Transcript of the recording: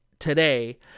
today